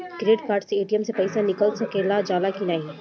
Credit card से ATM से पइसा निकाल सकल जाला की नाहीं?